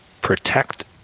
protect